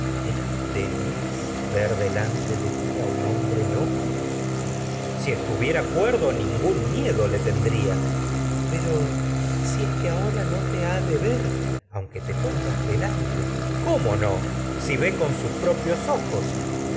temes ver delante de ti a un bre hom loco ulises si estuviera cuerdo ningún miedo le ten dría minerva pero si es que ahora no te ha de ver aunque te pongas delante no ulises cómo minerva yo si ve con sus propios ojos